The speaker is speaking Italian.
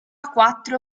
quattro